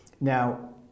Now